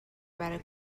برای